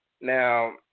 Now